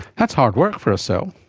that's hard work for a cell.